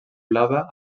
blava